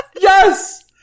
Yes